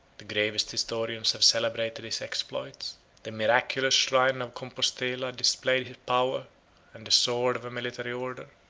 the gravest historians have celebrated his exploits the miraculous shrine of compostella displayed his power and the sword of a military order,